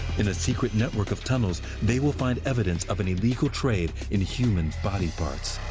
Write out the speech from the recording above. in a secret network of tunnels, they will find evidence of an illegal trade in human body parts.